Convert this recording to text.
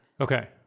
Okay